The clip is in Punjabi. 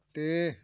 ਅਤੇ